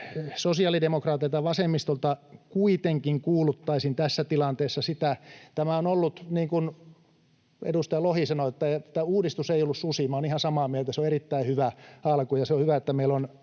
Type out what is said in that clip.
sosiaalidemokraateilta ja vasemmistolta kuitenkin kuuluttaisin tässä tilanteessa sitä... Edustaja Lohi sanoi, että tämä uudistus ei ollut susi. Minä olen ihan samaa mieltä, se on erittäin hyvä alku, ja on hyvä, että meillä on